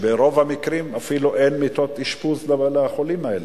וברוב המקרים אפילו אין מיטות אשפוז לחולים האלה.